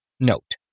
Note